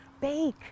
bake